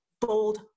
bold